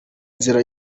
nzira